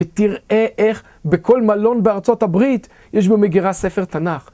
ותראה איך בכל מלון בארה״ב יש במגירה ספר תנ״ך.